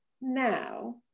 now